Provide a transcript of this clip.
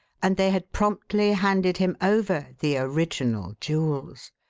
and they had promptly handed him over the original jewels.